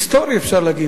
היסטורי אפשר להגיד.